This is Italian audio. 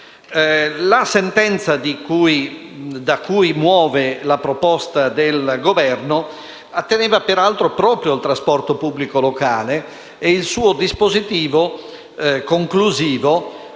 La sentenza da cui muove la proposta del Governo atteneva peraltro proprio al trasporto pubblico locale e il suo dispositivo conclusivo